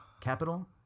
capital